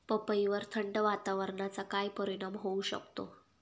पपईवर थंड वातावरणाचा काय परिणाम होऊ शकतो?